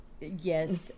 Yes